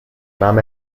nahm